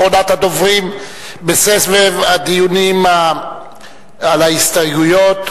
אחרונת הדוברים בסבב הדיונים על ההסתייגויות.